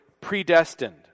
predestined